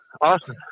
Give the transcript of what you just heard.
Awesome